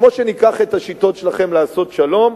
כמו שניקח את השיטות שלכם לעשות שלום,